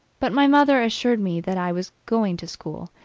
but my mother assured me that i was going to school,